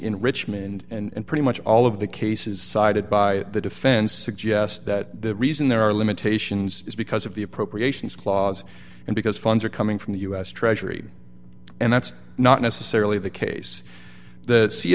in richmond and pretty much all of the cases cited by the defense suggest that the reason there are limitations is because of the appropriations clause and because funds are coming from the us treasury and that's not necessarily the case that c